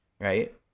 Right